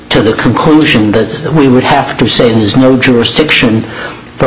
to the conclusion that we would have to say there's no jurisdiction